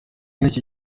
nacyo